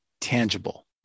tangible